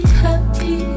happy